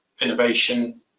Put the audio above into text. innovation